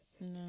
No